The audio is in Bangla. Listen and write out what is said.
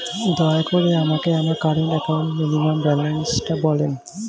দয়া করে আমাকে আমার কারেন্ট অ্যাকাউন্ট মিনিমাম ব্যালান্সটা বলেন